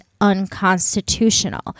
unconstitutional